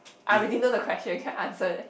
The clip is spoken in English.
I really know the question you can answer it